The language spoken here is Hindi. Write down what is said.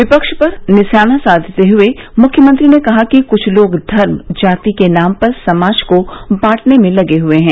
विपक्ष पर निशाना साधते हुए मुख्यमंत्री ने कहा कि कुछ लोग धर्म जाति के नाम पर समाज को बांटने में लगे हुए हैं